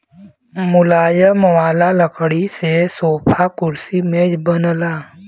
मुलायम वाला लकड़ी से सोफा, कुर्सी, मेज बनला